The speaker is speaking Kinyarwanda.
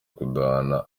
kudahana